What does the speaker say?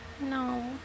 No